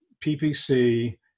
PPC